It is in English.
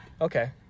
Okay